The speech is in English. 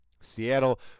Seattle